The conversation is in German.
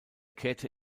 kehrte